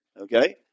okay